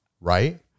right